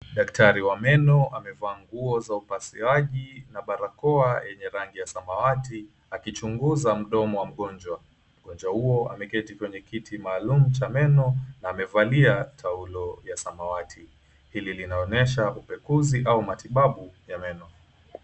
Daktari wa meno amevaa nguo za upasuaji na barakoa yenye rangi ya samawati akichunguza mdomo wa mgonjwa. Mgonjwa huyo ameketi kwenye kiti maalum cha meno na amevalia taulo ya samawati hili linaonyesha upekuzi au matibabu ya meno.